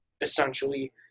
essentially